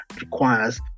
requires